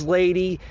lady